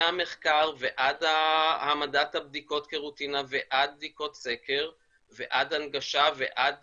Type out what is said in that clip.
מהמחקר ועד העמדת הבדיקות כרוטינה ועד בדיקות סקר ועד הנגשה ועד